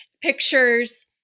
pictures